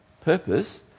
purpose